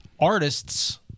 artists